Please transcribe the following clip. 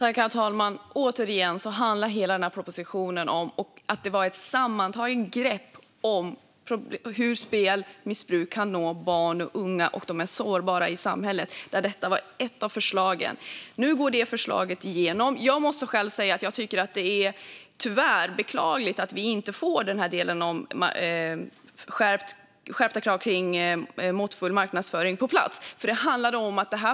Herr talman! Återigen handlar hela propositionen om att ta ett sammantaget grepp på hur spelmissbruk kan nå barn och unga och de mest sårbara i samhället, och detta var ett av förslagen. Nu kommer förslaget att gå igenom. Jag måste själv säga att jag tycker att det är beklagligt att vi inte får delen om skärpta krav på måttfull marknadsföring på plats.